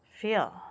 feel